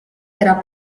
era